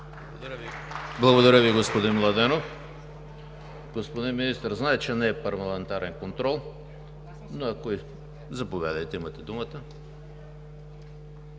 Благодаря Ви, господин Младенов. Господин Министър, зная че не е парламентарен контрол. Заповядайте, имате думата.